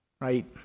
right